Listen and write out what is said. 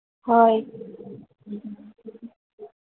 ꯍꯣꯏ